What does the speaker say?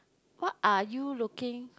what are you looking